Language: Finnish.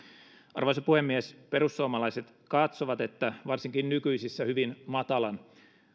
arvoisa puhemies perussuomalaiset katsovat että varsinkin nykyisissä hyvin matalan